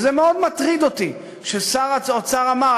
וזה מאוד מטריד אותי ששר האוצר אמר: